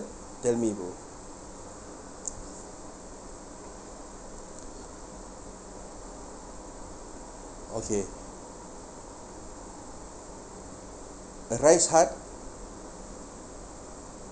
tell me bro okay a rise heart